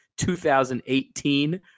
2018